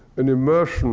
an immersion